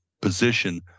position